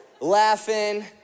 laughing